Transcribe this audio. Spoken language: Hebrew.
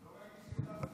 לא ראיתי שהחלפתם.